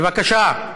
בבקשה.